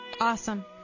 Awesome